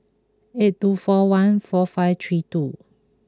eight two four one four five three two